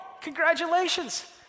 congratulations